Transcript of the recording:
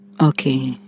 Okay